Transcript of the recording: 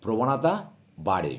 প্রবণতা বাড়ে